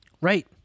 Right